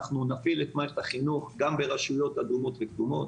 נפעיל את מערכת החינוך גם ברשויות אדומות וכתומות.